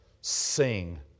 sing